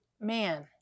man